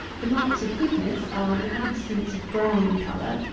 the marks of goodness are an absence of brown colour,